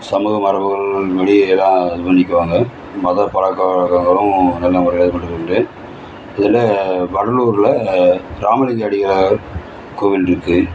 சமூக மரபுகள் மொழி எல்லாம் இது பண்ணிக்குவாங்க மதுரை பழக்க வழக்கங்களும் எல்லாம் உரையாடப்படுவதுண்டு இதில் வடலூரில் ராமலிங்க அடிகளார் கோவில் இருக்குது